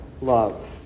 love